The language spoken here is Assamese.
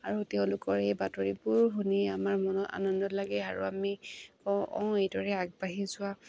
আৰু তেওঁলোকৰ এই বাতৰিবোৰ শুনি আমাৰ মনত আনন্দ লাগে আৰু আমি কওঁ অঁ এইদৰে আগবাঢ়ি যোৱা